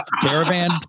Caravan